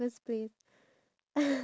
iya